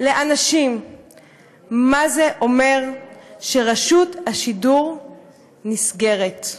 לאנשים מה זה אומר שרשות השידור נסגרת.